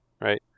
Right